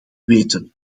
weten